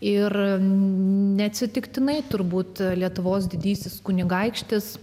ir neatsitiktinai turbūt lietuvos didysis kunigaikštis